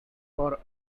for